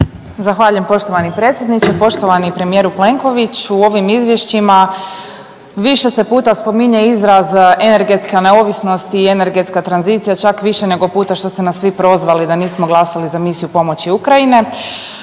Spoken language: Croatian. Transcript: Zahvaljujem poštovani predsjedniče. Poštovani premijeru Plenković u ovim izvješćima više se puta spominje izraz energetska neovisnost i energetska tranzicija čak više nego puta što ste nas vi prozvali da nismo glasali za misiju pomoći Ukrajine.